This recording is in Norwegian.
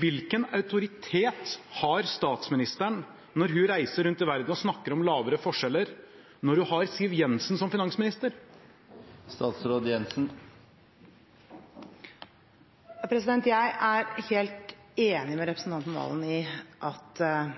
Hvilken autoritet har statsministeren når hun reiser rundt i verden og snakker om lavere forskjeller, når hun har Siv Jensen som finansminister? Jeg er helt enig med representanten Serigstad Valen